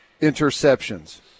interceptions